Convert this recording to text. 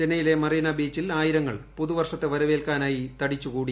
ചെന്നൈിയിലെ മറീന ബീച്ചിൽ ആയിരങ്ങൾ പുതുവർഷത്തെ വരവേൽക്കാനായി തടിച്ചുകൂടി